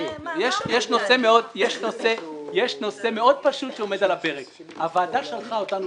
יש נושא מאוד פשוט שעומד על הפרק הוועדה שלחה אותנו